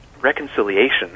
reconciliation